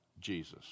Jesus